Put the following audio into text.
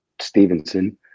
stevenson